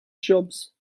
jobs